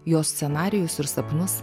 jos scenarijus ir sapnus